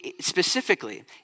specifically